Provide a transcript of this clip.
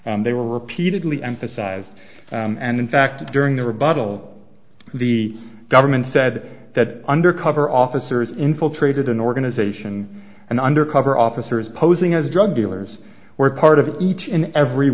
times they were repeatedly emphasized and in fact during the rebuttal the government said that undercover officers infiltrated an organization and undercover officers posing as drug dealers were part of each and every